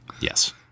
Yes